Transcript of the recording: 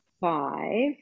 five